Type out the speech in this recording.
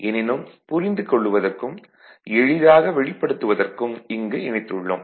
எனினும் புரிந்து கொள்வதற்கும் எளிதாக வெளிப்படுத்துவதற்கும் இங்கு இணைத்துள்ளோம்